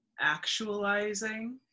actualizing